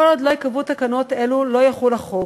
כל עוד לא ייקבעו תקנות אלה, לא יחול החוק.